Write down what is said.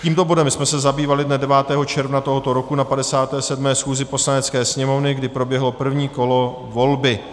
Tímto bodem jsme se zabývali dne 9. června tohoto roku na 57. schůzi Poslanecké sněmovny, kdy proběhlo první kolo volby.